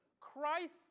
Christ